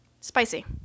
Spicy